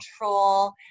control